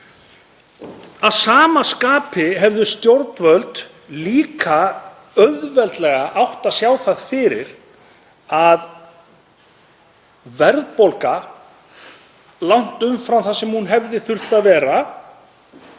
Að sama skapi hefðu stjórnvöld líka auðveldlega átt að sjá það fyrir að verðbólga, langt umfram það sem hún hefði þurft að vera,